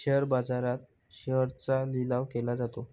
share बाजारात शेअर्सचा लिलाव केला जातो